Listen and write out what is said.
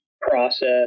process